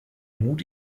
mut